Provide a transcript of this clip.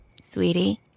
Sweetie